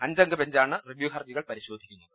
അഞ്ചംഗ ബെഞ്ചാണ് റിവ്യൂ ഹർജികൾ പരിശോധിക്കുന്ന ത്